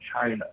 China